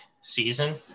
season